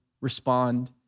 respond